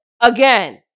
Again